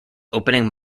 opening